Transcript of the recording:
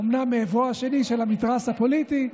אומנם הוא מעברו השני של המתרס הפוליטי,